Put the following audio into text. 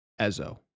Ezo